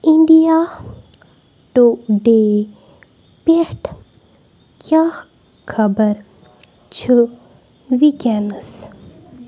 India today پیٹھ کیاہ خبر چھِ وٕنکیٚنس؟